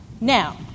Now